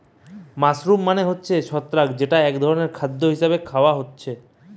mushroom মানে হতিছে ছত্রাক যেটা এক ধরণের খাদ্য হিসেবে খায়া হতিছে